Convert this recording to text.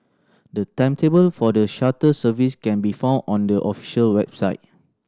the timetable for the shuttle service can be found on the official website